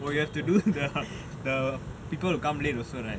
oh you have to do the the people who come late also right